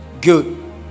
Good